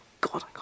God